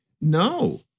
No